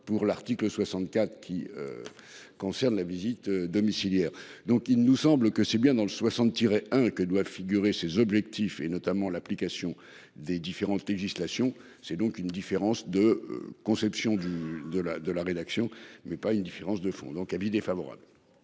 pour l'article 64 qui. Concerne la visite domiciliaire donc il nous semble que c'est bien dans le tirer hein que doit figurer ces objectifs et notamment l'application des différentes législations. C'est donc une différence de conception du de la de la rédaction. Mais pas une différence de fond, donc avis défavorable.